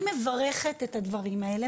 אני מברכת את הדברים הזה,